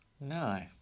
no